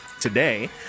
today